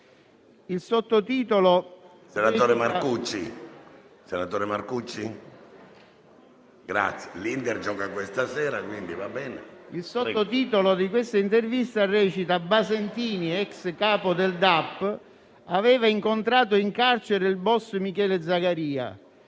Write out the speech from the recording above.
Il sottotitolo dell'intervista recita «Basentini, ex capo del DAP, aveva incontrato in carcere il boss Michele Zagaria.